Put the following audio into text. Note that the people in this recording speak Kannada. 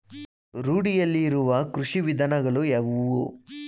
ರೂಢಿಯಲ್ಲಿರುವ ಕೃಷಿ ವಿಧಾನಗಳು ಯಾವುವು?